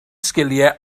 sgiliau